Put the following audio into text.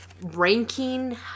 ranking